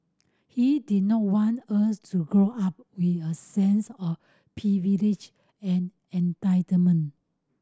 he didn't want us to grow up with a sense of privilege and entitlement